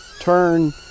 turn